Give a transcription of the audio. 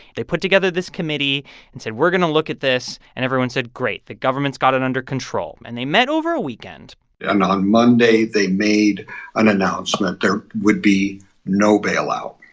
they put together this committee and said, we're going to look at this, and everyone said, great the government's got it under control. and they met over a weekend and on monday, they made an announcement there would be no bailout.